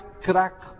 crack